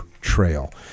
Trail